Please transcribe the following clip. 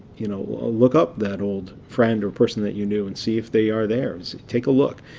you know look up that old friend or person that you knew and see if they are there. take a look.